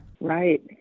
Right